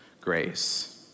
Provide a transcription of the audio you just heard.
grace